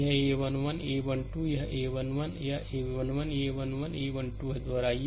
वहa 1 1 a 1 2वह a 1 1 है यह a 1 1 a 1 2 a 1 2 दोहराए